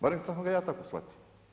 Barem sam ga ja tako shvatio.